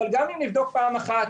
אבל גם אם נבדוק פעם אחת,